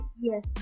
yes